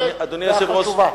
אדוני היושב-ראש,